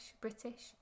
British